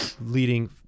leading